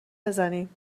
بزنیم